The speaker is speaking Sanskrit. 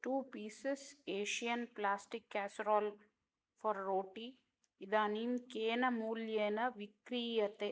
two pieces Asian plastic casserole for roti इदानीं केन मूल्येन विक्रीयते